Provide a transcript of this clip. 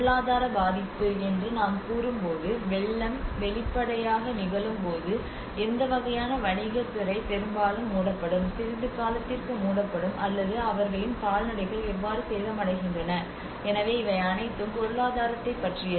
பொருளாதார பாதிப்பு என்று நாம் கூறும்போது வெள்ளம் வெளிப்படையாக நிகழும்போது எந்த வகையான வணிகத் துறை பெரும்பாலும் மூடப்படும் சிறிது காலத்திற்கு மூடப்படும் அல்லது அவர்களின் கால்நடைகள் எவ்வாறு சேதமடைகின்றன எனவே இவை அனைத்தும் பொருளாதாரத்தைப் பற்றியது